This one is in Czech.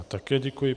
Také děkuji.